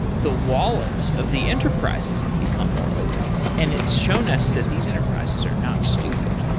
the wallets of the enterprises have become more open. and it's shown us that these enterprises are not stupid.